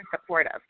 supportive